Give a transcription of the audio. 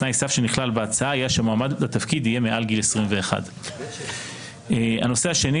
תנאי הסף שנכלל בהצעה היה שמועמד לתפקיד יהיה מעל גיל 21. מטורף.